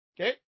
Okay